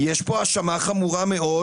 יש פה האשמה חמורה מאוד,